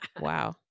Wow